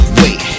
wait